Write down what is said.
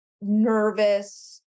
nervous